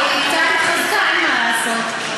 היא קצת התחזקה, אין מה לעשות.